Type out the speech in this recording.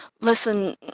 Listen